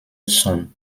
zum